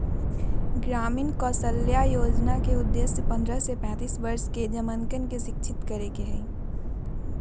ग्रामीण कौशल्या योजना के उद्देश्य पन्द्रह से पैंतीस वर्ष के जमनकन के शिक्षित करे के हई